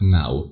now